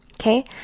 Okay